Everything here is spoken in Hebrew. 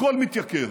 הכול מתייקר.